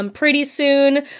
um pretty soon,